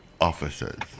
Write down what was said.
officers